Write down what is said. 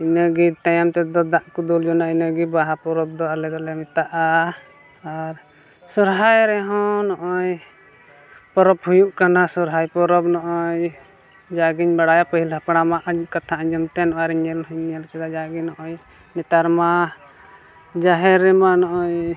ᱤᱱᱟᱹᱜᱮ ᱛᱟᱭᱚᱢ ᱛᱮᱫᱚ ᱫᱟᱜ ᱠᱚ ᱫᱩᱞ ᱡᱚᱝᱟ ᱤᱱᱟᱹᱜᱮ ᱵᱟᱦᱟ ᱯᱚᱨᱚᱵᱽ ᱫᱚ ᱟᱞᱮ ᱫᱚᱞᱮ ᱢᱮᱛᱟᱜᱼᱟ ᱟᱨ ᱥᱚᱦᱨᱟᱭ ᱨᱮᱦᱚᱸ ᱱᱚᱜᱼᱚᱭ ᱯᱚᱨᱚᱵᱽ ᱦᱩᱭᱩᱜ ᱠᱟᱱᱟ ᱥᱚᱦᱨᱟᱭ ᱯᱚᱨᱚᱵᱽ ᱱᱚᱜᱼᱚᱭ ᱡᱟᱜᱮᱧ ᱵᱟᱲᱟᱭ ᱯᱟᱹᱦᱤᱞ ᱦᱟᱯᱲᱟᱢ ᱟᱜ ᱠᱟᱛᱷᱟ ᱟᱸᱡᱚᱢᱛᱮ ᱟᱨ ᱧᱮᱞ ᱦᱚᱧ ᱧᱮᱞ ᱟᱠᱟᱫᱟ ᱡᱟᱜᱮ ᱱᱚᱜᱼᱚᱭ ᱱᱮᱛᱟᱨ ᱢᱟ ᱡᱟᱦᱮᱨ ᱨᱮᱢᱟ ᱱᱚᱜᱼᱚᱭ